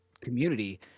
community